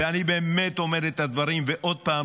עוד פעם,